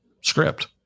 script